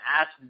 ask